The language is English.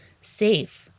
safe